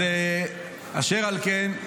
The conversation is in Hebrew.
אשר על כן,